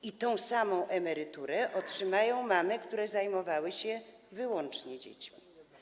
I tę samą emeryturę otrzymają mamy, które zajmowały się wyłącznie dziećmi.